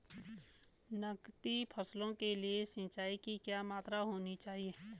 नकदी फसलों के लिए सिंचाई की क्या मात्रा होनी चाहिए?